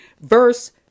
Verse